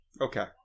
Okay